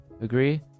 agree